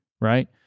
right